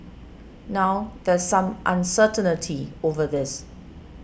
now there's some uncertainty over this